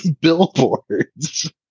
billboards